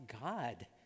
God